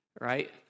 right